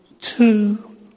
two